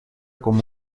come